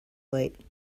late